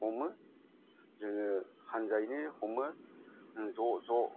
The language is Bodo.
हमो जोङो हानजायैनो हमो जोङो ज' ज'